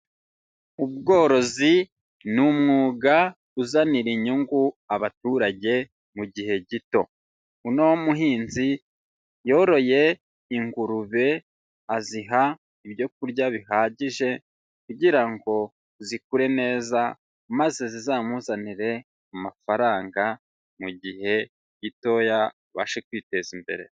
Ubworozi ni umwuga uzanira inyungu abaturage mu gihe gito, uno muhinzi yoroye ingurube, aziha ibyo kurya bihagije kugira ngo zikure neza maze zizamuzanire amafaranga mu gihe gitoya, abashe kwiteza imbere.